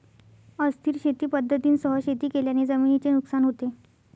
अस्थिर शेती पद्धतींसह शेती केल्याने जमिनीचे नुकसान होते